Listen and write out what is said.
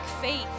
faith